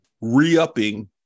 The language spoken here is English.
re-upping